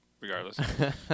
regardless